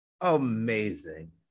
Amazing